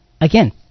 Again